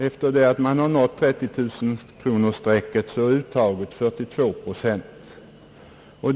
Efter det man nått 30 000 kronors-strecket är uttaget 42 procent.